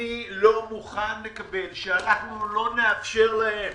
אני לא מוכן לקבל שאנחנו לא נאפשר להם